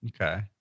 okay